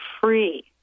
free